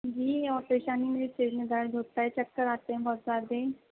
جی اور پیشانی میں سر میں درد ہوتا ہے چکر آتے ہیں بہت زیادہ